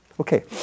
Okay